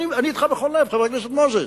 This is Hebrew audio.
חבר הכנסת מוזס,